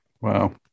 Wow